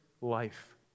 life